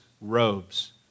robes